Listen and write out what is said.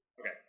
okay